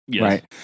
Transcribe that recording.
right